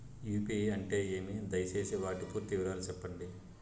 UPI అంటే ఏమి? దయసేసి వాటి పూర్తి వివరాలు సెప్పండి?